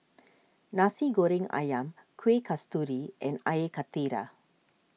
Nasi Goreng Ayam Kueh Kasturi and Air Karthira